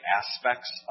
aspects